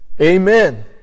amen